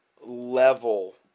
level